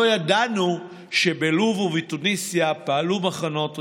לא ידענו שבלוב ובתוניסיה פעלו מחנות ריכוז.